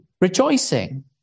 rejoicing